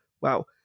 Wow